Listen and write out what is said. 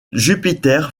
jupiter